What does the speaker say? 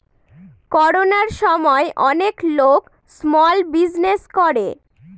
করোনার সময় অনেক লোক স্মল বিজনেস করে